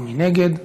ומי נגד?